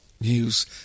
news